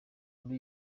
muri